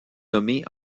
nommée